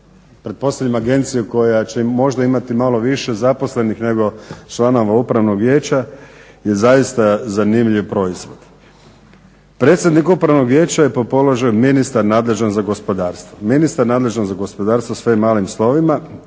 pretpostavljam agencije koja će možda imati malo više zaposlenih nego članova upravnog vijeća je zaista zanimljiv proizvod. Predsjednik upravnog vijeća je po položaju je ministar nadležan za gospodarstvo.